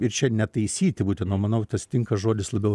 ir čia netaisyti būtent o manau tas tinka žodis labiau